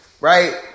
right